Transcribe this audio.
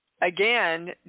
again